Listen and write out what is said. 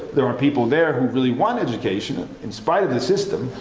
there are people there who really want education in spite of the system,